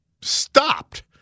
stopped